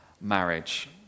marriage